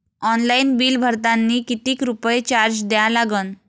Online bill भरतानी कितीक रुपये चार्ज द्या लागन?